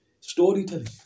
Storytelling